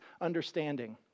understanding